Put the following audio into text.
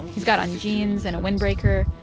he's got on jeans and a windbreaker,